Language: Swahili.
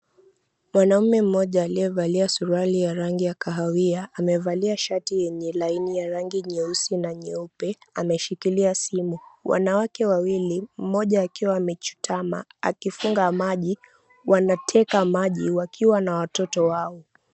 Mwanaume mmoja aliyevalia suruali ya kahawia amevalia shati yenye laini nyeusi na nyeupe ameshikilia simu, wanawake wawili mmoja akiwa amechutama akifunga maji, wanateka maji wakiwa na watoto wao.